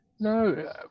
No